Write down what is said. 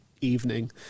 evening